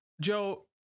Joe